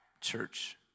church